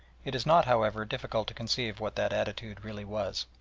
it is not, however, difficult to conceive what that attitude really was.